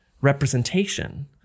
representation